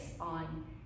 on